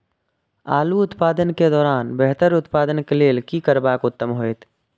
आलू उत्पादन के दौरान बेहतर उत्पादन के लेल की करबाक उत्तम होयत?